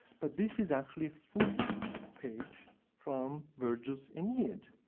but this is actually a full page from virgil's aeneid.